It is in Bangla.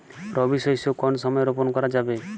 রবি শস্য কোন সময় রোপন করা যাবে?